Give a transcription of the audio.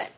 it